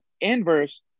inverse